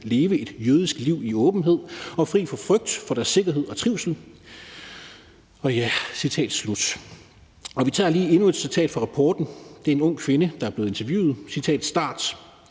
leve et jødisk liv i åbenhed og fri for frygt for deres sikkerhed og trivsel.« Vi tager lige endnu et citat fra rapporten. Det er en ung kvinde, der er blevet interviewet: »Som det